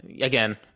again